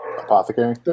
Apothecary